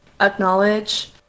acknowledge